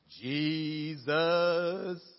Jesus